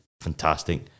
fantastic